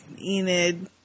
Enid